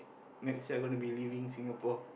next year I gonna be leaving Singapore